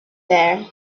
there